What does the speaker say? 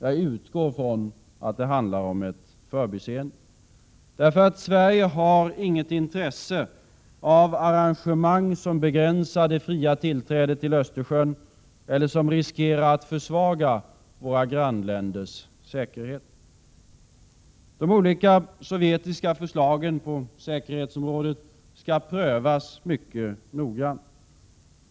Jag utgår ifrån att det handlar om ett förbiseende, för Sverige har inget intresse av arrangemang som begränsar det fria tillträdet till Östersjön eller som riskerar att försvaga våra grannländers säkerhet. De olika sovjetiska förslagen på säkerhetsområdet skall prövas mycket noga.